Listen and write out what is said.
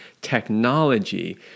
technology